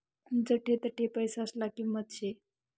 जठे तठे पैसासले किंमत शे